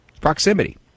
Proximity